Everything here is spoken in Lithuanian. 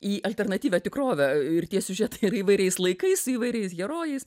į alternatyvią tikrovę ir tie siužetai ir įvairiais laikais įvairiais herojais